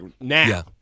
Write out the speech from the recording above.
now